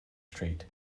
street